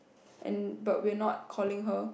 and but we are not calling her